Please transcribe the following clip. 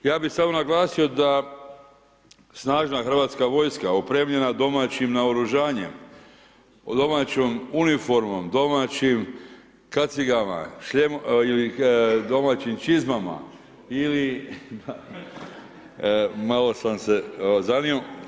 Ja bi samo naglasio da snažna hrvatska vojska opremljena domaćim naoružanjem, domaćom uniformom, domaćim kacigama, šljemo ili domaćim čizmama ili malo sam se zanio.